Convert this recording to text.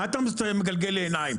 מה אתה מגלגל לי עיניים?